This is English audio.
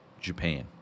Japan